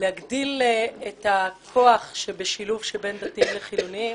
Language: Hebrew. להגדיל את הכוח שבשילוב שבין דתיים לחילונים,